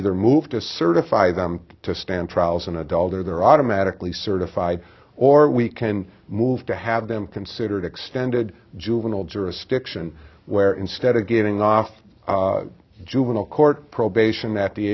either move to certify them to stand trials an adult or they're automatically certified or we can move to have them considered extended juvenile jurisdiction where instead of getting off juvenile court probation at the